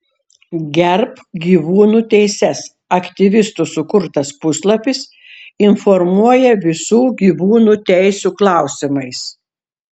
gerbk gyvūnų teises aktyvistų sukurtas puslapis informuoja visų gyvūnų teisių klausimais